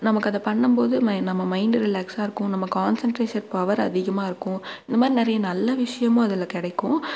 நமக்கு அதை பண்ணும்போது மை நம்ம மைண்டு ரிலேக்ஸாக இருக்கும் நம்ம கான்சன்ட்ரேஷன் பவர் அதிகமாக இருக்கும் இந்த மாதிரி நிறைய நல்ல விஷயமும் அதில் கிடைக்கும்